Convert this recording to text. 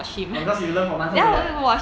orh because you learned from 馒头 already right